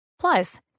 Plus